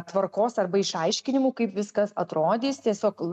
tvarkos arba išaiškinimų kaip viskas atrodys tiesiog